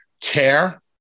care